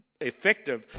effective